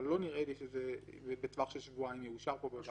אבל לא נראה לי שבטווח של שבועיים זה יאושר פה בוועדה.